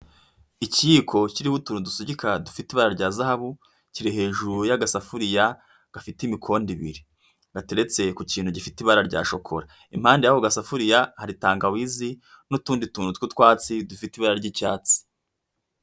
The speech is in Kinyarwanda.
Ikiyiko kiriho utuntu dusukika, dufite ibara rya zahabu, kiri hejuru y'agasafuriya gafite imikondo ibiri, gateretse ku kintu gifite ibara rya shokora, impande y'ako gasafuriya hari tangawizi n'utundi tuntu tw'utwatsi dufite ibara ry'icyatsi.